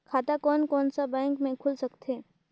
खाता कोन कोन सा बैंक के खुल सकथे?